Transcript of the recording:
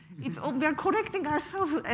we are correcting ourselves